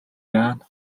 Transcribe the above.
яана